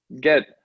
get